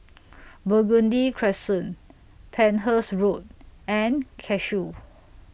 Burgundy Crescent Penhas Road and Cashew